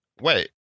Wait